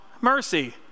mercy